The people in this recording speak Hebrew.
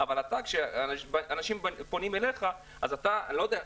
ממש לא פונים ללקוח ואומרים לו: